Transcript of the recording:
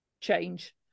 change